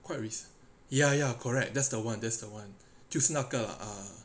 quite recent ya ya correct that's the one that's the one 就是那个